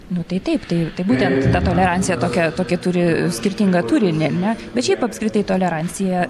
nu tai taip tai būtent ta tolerancija tokia tokia turi skirtingą turinį ne bet šiaip apskritai tolerancija